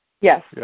Yes